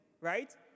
right